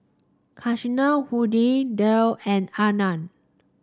Kasinadhuni Dale and Anand